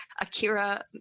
Akira